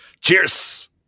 Cheers